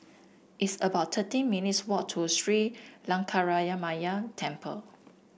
it's about thirteen minutes' walk to Sri Temple